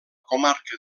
comarca